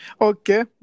Okay